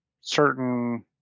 certain